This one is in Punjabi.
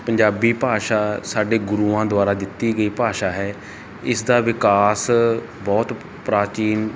ਪੰਜਾਬੀ ਭਾਸ਼ਾ ਸਾਡੇ ਗੁਰੂਆਂ ਦੁਆਰਾ ਦਿੱਤੀ ਗਈ ਭਾਸ਼ਾ ਹੈ ਇਸ ਦਾ ਵਿਕਾਸ ਬਹੁਤ ਪ੍ਰਾਚੀਨ